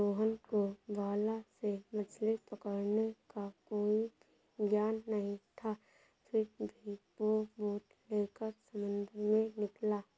रोहन को भाला से मछली पकड़ने का कोई भी ज्ञान नहीं था फिर भी वो बोट लेकर समंदर में निकला